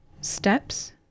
steps